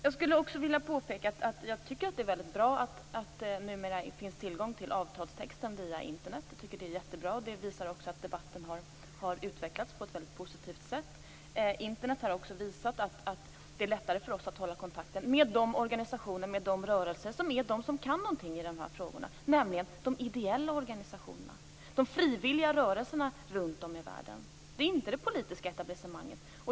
Jag skulle också vilja påpeka att jag tycker att det är väldigt bra att avtalstexten numera finns tillgänglig via Internet. Jag tycker att det är jättebra. Det visar också att debatten har utvecklats på ett väldigt positivt sätt. Internet har också gjort det lättare för oss att hålla kontakten med de organisationer och rörelser som kan någonting i dessa frågor, nämligen de ideella organisationerna och de frivilliga rörelserna runt om i världen. Det är inte det politiska etablissemanget.